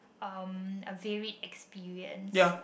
um a varied experience